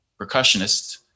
percussionist